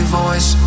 voice